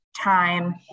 time